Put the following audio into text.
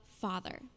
Father